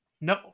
No